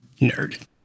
Nerd